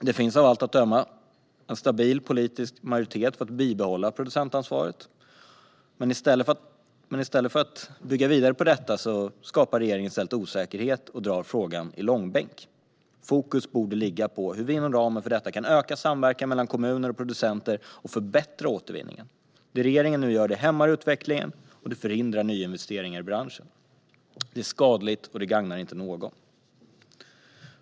Det finns av allt att döma en stabil politisk majoritet för att bibehålla producentansvaret. Men i stället för att bygga vidare på detta skapar regeringen osäkerhet och drar frågan i långbänk. Fokus borde ligga på hur vi inom ramen för detta kan öka samverkan mellan kommuner och producenter och förbättra återvinningen. Det regeringen nu gör hämmar utvecklingen och förhindrar nyinvesteringar i branschen. Det är skadligt, och det gagnar inte någon.